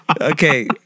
Okay